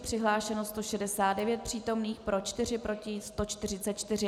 Přihlášeno 169 přítomných, pro 4, proti 144.